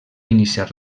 iniciar